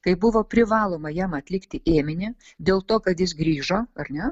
kai buvo privaloma jam atlikti ėminį dėl to kad jis grįžo ar ne